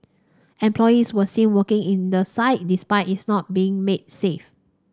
employees were seen working in the site despite it not being made safe